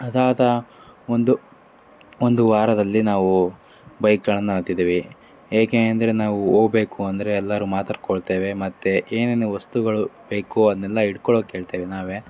ಅದಾದ ಒಂದು ಒಂದು ವಾರದಲ್ಲಿ ನಾವು ಬೈಕ್ಗಳನ್ನು ಹತ್ತಿದ್ದೀವಿ ಏಕೆ ಅಂದರೆ ನಾವು ಹೋಬೇಕು ಅಂದರೆ ಎಲ್ಲರೂ ಮಾತಾಡಿಕೊಳ್ತೇವೆ ಮತ್ತು ಏನೇನು ವಸ್ತುಗಳು ಬೇಕೋ ಅದನ್ನೆಲ್ಲ ಇಟ್ಕೊಳೋಕೆ ಹೇಳ್ತೇವೆ ನಾವೇ